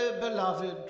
beloved